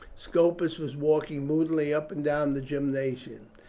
scopus was walking moodily up and down the gymnasium,